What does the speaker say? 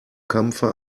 kampfe